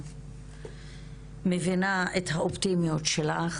מבינה את האופטימיות שלך.